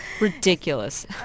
Ridiculous